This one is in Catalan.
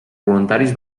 voluntaris